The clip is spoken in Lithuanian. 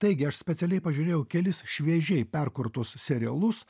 taigi aš specialiai pažiūrėjau kelis šviežiai perkurtus serialus